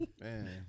Man